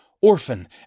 orphan